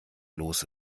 los